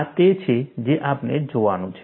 આ તે છે જે આપણે જોવાનું છે